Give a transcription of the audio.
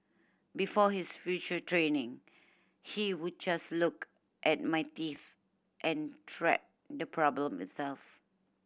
before his further training he would just look at my teeth and treat the problem itself